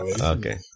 Okay